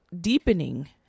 deepening